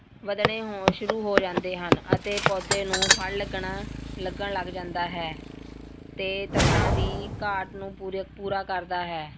ਵੱਧਣੇ ਹੋਣ ਸ਼ੁਰੂ ਹੋ ਜਾਂਦੇ ਹਨ ਅਤੇ ਪੌਦੇ ਨੂੰ ਫਲ ਲੱਗਣਾ ਲੱਗਣ ਲੱਗ ਜਾਂਦਾ ਹੈ ਅਤੇ ਤੱਤਾਂ ਦੀ ਘਾਟ ਨੂੰ ਪੂਰੇ ਪੂਰਾ ਕਰਦਾ ਹੈ